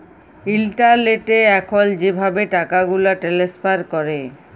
ইলটারলেটে এখল যেভাবে টাকাগুলা টেলেস্ফার ক্যরে